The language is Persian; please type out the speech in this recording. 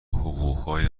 حقوقهای